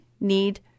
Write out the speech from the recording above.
need